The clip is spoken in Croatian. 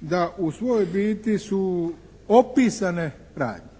da u svojoj biti su opisane radnje,